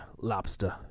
lobster